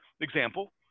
example